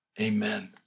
amen